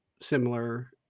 similar